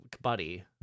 buddy